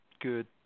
good